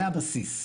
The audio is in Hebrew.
זה הבסיס.